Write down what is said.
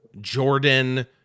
Jordan